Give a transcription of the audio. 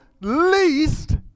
least